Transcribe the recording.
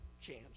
chance